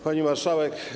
Pani Marszałek!